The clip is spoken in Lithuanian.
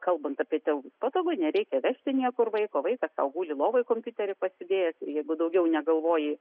kalbant apie tėvus patogu nereikia vežti niekur vaiko vaikas guli lovoj kompiuterį pasidėjęs jeigu daugiau negalvoji